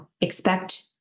expect